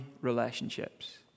relationships